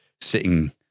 sitting